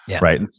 Right